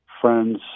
friends